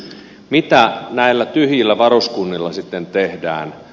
mitä näillä tyhjillä varuskunnilla sitten tehdään